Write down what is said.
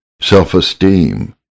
Self-esteem